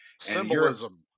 Symbolism